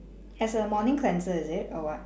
as a morning cleanser is it what